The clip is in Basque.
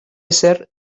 ezer